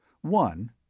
One